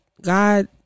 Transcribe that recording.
god